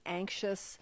anxious